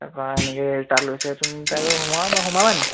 তাৰপৰা এনেকৈ তাত লৈছে তুমি তাত সোমাব সোমাবানি